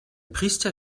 priester